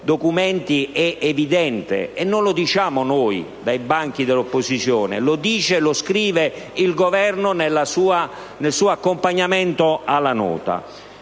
documenti è evidente, e non lo diciamo noi dai banchi dell'opposizione, ma lo scrive il Governo accompagnando la Nota.